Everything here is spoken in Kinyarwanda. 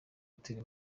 hotel